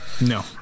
No